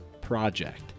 project